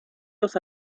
los